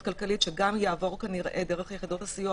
כלכלית שגם יעבור כנראה דרך יחידות הסיוע.